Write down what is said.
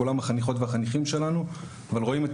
כולם החניכות והחניכים שלנו אבל רואים את